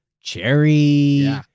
cherry